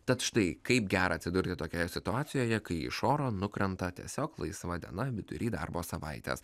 tad štai kaip gera atsidurti tokioje situacijoje kai iš oro nukrenta tiesiog laisva diena vidury darbo savaitės